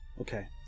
Okay